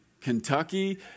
Kentucky